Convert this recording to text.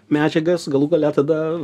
medžiagas galų gale tada